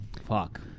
Fuck